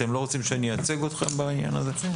אתם לא רוצים שאני אייצג אתכם בעניין הזה?